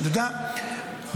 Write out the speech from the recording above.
אתה יודע,